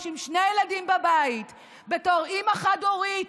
עם שני ילדים בבית בתור אימא חד-הורית